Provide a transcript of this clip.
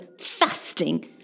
fasting